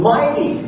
Mighty